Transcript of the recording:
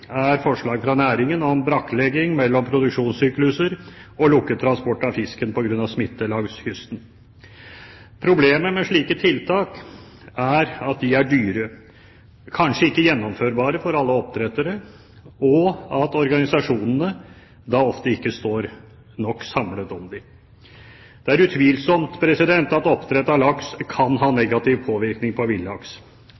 er forslag fra næringen om brakklegging mellom produksjonssykluser og lukket transport av fisken på grunn av smitte langs kysten. Problemet med slike tiltak er at de er dyre, kanskje ikke gjennomførbare for alle oppdrettere og at organisasjonene ofte ikke står nok samlet om dem. Det er utvilsomt at oppdrett av laks kan ha